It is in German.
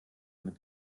mit